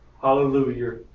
Hallelujah